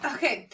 Okay